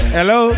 Hello